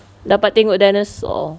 dapat tengok dinosaur